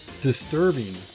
disturbing